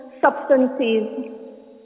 substances